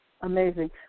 amazing